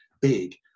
big